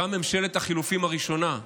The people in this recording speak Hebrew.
גם בממשלת החילופין הראשונה,